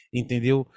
entendeu